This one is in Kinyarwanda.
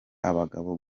abagabo